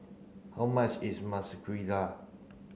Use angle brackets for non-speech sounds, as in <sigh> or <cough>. how much is <unintelligible>